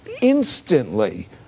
instantly